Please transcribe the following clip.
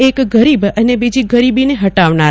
અક ગરીબ અને બીજી ગરીબી હટાવનાર